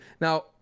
Now